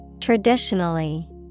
Traditionally